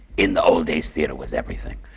in the old days, theatre was everything.